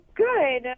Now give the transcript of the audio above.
Good